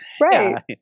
right